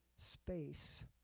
space